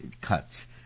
cuts